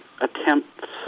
attempts